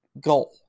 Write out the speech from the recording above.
goal